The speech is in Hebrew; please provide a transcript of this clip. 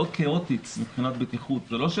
מאוד כאוטית מבחינת בטיחות, זה לא ש